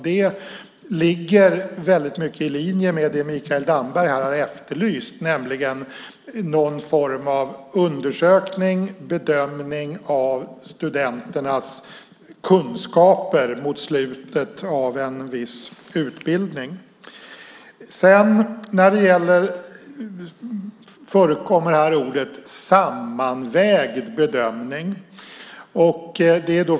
Det ligger mycket i linje med vad Mikael Damberg har efterlyst, nämligen någon form av undersökning och bedömning av studenternas kunskaper mot slutet av en viss utbildning. Uttrycket sammanvägd bedömning förekommer.